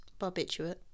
barbiturate